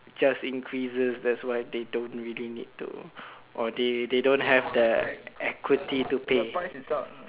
just increases that's why they don't really need to or they they don't have the equity to pay